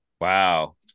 Wow